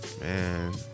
Man